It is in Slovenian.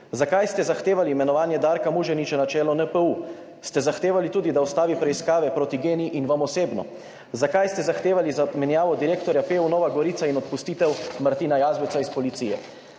Zakaj ste zahtevali imenovanje Darka Muženiča na čelu NPU? Ste zahtevali tudi, da ustavi preiskave proti GEN-I in vam osebno? Zakaj ste zahtevali zamenjavo direktorja PU Nova Gorica in odpustitev Martina Jazbeca s policije?